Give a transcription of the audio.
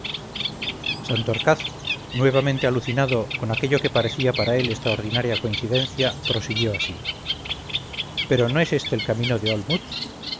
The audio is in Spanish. santorcaz nuevamente alucinado con aquello que parecía para él extraordinaria coincidencia prosiguió así pero no es este el camino de